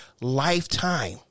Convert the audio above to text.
lifetime